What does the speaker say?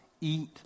eat